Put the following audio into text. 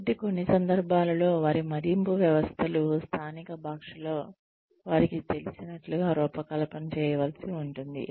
కాబట్టి కొన్ని సందర్భాల్లో వారి మదింపు వ్యవస్థలు స్థానిక భాషలో వారికి తెలిసినట్లుగా రూపకల్పన చేయవలసి ఉంటుంది